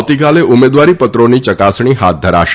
આવતીકાલે ઉમેદવારી પત્રોની ચકાસણી હાથ ધરાશે